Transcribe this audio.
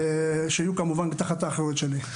שיהיו כמובן תחת האחריות שלי.